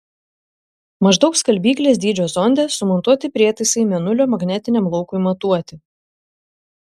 maždaug skalbyklės dydžio zonde sumontuoti prietaisai mėnulio magnetiniam laukui matuoti